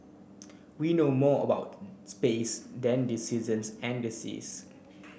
we know more about space than the seasons and the seas